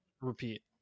repeat